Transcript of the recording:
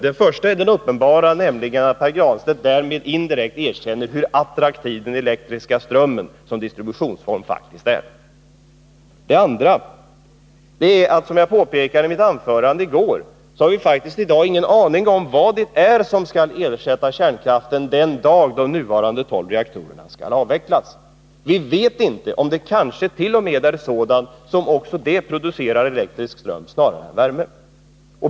Den första är den uppenbara, nämligen att Pär Granstedt indirekt erkänner hur attraktiv den elektriska strömmen som distributionsform faktiskt är. Den andra är att vi, såsom jag påpekade i mitt anförande i går, faktiskt i dag inte har en aning om vad det är som skall ersätta kärnkraften den dag då de nuvarande tolv reaktorerna skall avvecklas. Vi vet inte om det kanske t.o.m. är sådant som också det producerar elektrisk ström snarare än värme.